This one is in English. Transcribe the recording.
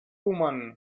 woman